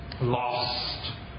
lost